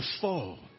fall